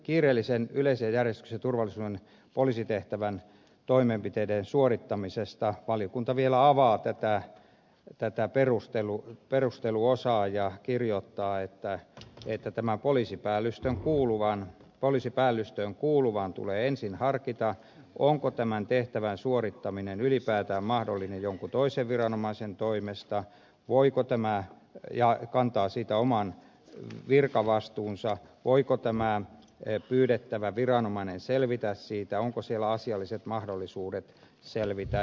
kiireellisen yleisen järjestyksen ja turvallisuuden poliisitehtävän toimenpiteiden suorittamisesta valiokunta vielä avaa tätä perusteluosaa ja kirjoittaa että poliisipäällystöön kuuluvan tulee ensin harkita onko tämän tehtävän suorittaminen ylipäätään mahdollista jonkun toisen viranomaisen toimesta ja kantaa siitä oman virkavastuunsa voiko tämä pyydettävä viranomainen selvitä siitä onko sillä asialliset mahdollisuudet selvitä